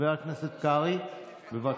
חבר הכנסת קרעי, בבקשה.